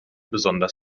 besonders